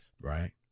right